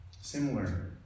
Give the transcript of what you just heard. Similar